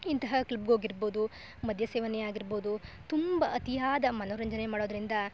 ಇಂತಹ ಕ್ಲಬ್ಗೋಗಿರ್ಬೌದು ಮದ್ಯ ಸೇವನೆಯಾಗಿರ್ಬೌದು ತುಂಬ ಅತಿಯಾದ ಮನೋರಂಜನೆ ಮಾಡೋದರಿಂದ